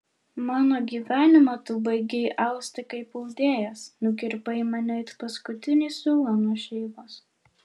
mano gyvenimą tu baigei austi kaip audėjas nukirpai mane it paskutinį siūlą nuo šeivos